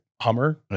Hummer